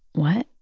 what?